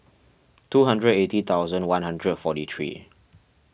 two hundred and eighty thousand one hundred and forty three